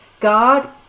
God